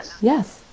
Yes